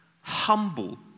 humble